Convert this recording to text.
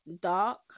dark